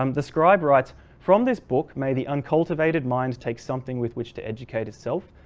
um the scribe writes from this book may the uncultivated minds take something with which to educate itself,